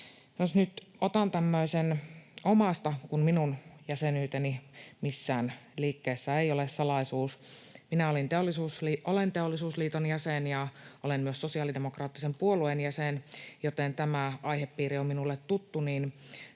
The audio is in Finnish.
omasta elämästäni — kun minun jäsenyyteni missään liikkeessä ei ole salaisuus, minä olen Teollisuusliiton jäsen ja olen myös sosiaalidemokraattisen puolueen jäsen, joten tämä aihepiiri on minulle tuttu